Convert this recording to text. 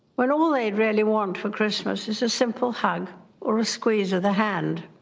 when all they really want for christmas is a simple hug or a squeeze of the hand.